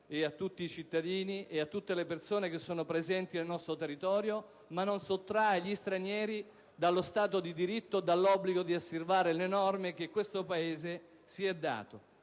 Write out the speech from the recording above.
a tutti i cittadini e a tutte le persone che sono presenti nel nostro territorio, ma non sottrae gli stranieri allo Stato di diritto e all'obbligo di osservare le norme che questo Paese si è dato.